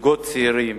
זוגות צעירים